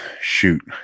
shoot